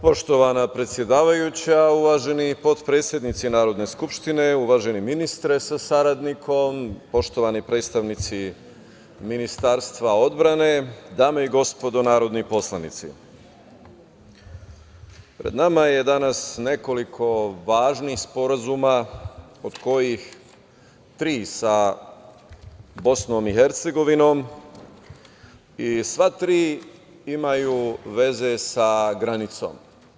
Poštovana predsedavajuća, uvaženi potpredsednici Narodne skupštine, uvaženi ministre sa saradnikom, poštovani predstavnici Ministarstva odbrane, dame i gospodo narodni poslanici, pred nama je danas nekoliko važnih sporazuma od kojih tri sa BiH i sva tri imaju veze sa granicom.